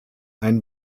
ein